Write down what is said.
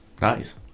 nice